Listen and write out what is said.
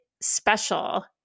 special